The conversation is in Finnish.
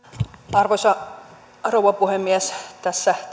arvoisa rouva puhemies tässä